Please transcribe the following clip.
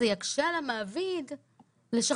זה יקשה על המעביד לשחזר.